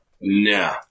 No